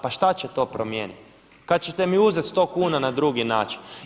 Pa što će to promijeniti kada ćete mi uzeti 100 kuna na drugi način?